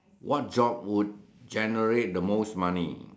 what job would generate the most money